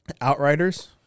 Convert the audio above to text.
Outriders